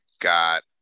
got